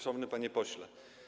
Szanowny Panie Pośle!